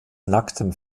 nacktem